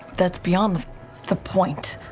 that's beyond the the point.